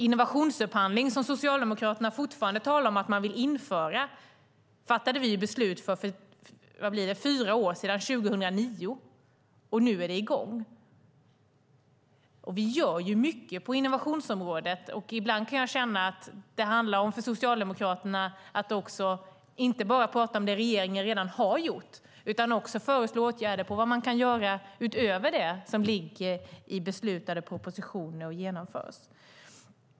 Innovationsupphandling, som Socialdemokraterna fortfarande talar om att man vill införa, fattade vi beslut om för fyra år sedan, 2009. Nu är det i gång. Vi gör mycket på innovationsområdet. Ibland kan jag känna att för Socialdemokraterna handlar det inte bara om att tala om det som regeringen redan har gjort utan också att föreslå åtgärder och vad man kan göra utöver det som ligger i beslutade propositioner och genomförs.